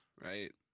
right